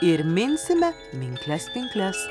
ir minsime minkles pinkles